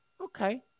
okay